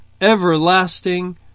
everlasting